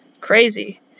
crazy